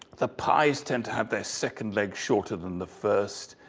the pis tend to have their second leg shorter than the first,